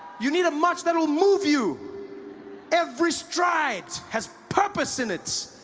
you need a march that will move you every stride has purpose in it